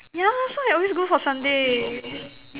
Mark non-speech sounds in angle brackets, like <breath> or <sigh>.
yeah so I always go for sundae <breath>